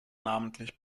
namentlich